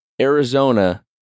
Arizona